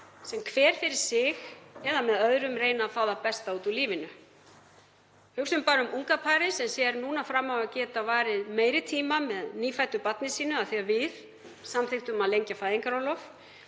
sem hver fyrir sig eða með öðrum reyna að fá það besta út úr lífinu. Hugsum um unga parið sem sér núna fram á að geta varið meiri tíma með nýfæddu barni sínu af því að við samþykktum að lengja fæðingarorlof.